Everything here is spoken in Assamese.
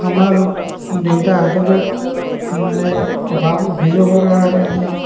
আমাৰ দেউতাহঁতৰো মানে অভাৱ অভিযোগৰ কাৰণে আমি